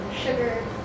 Sugar